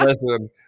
Listen